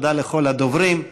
תודה לכל הדוברים.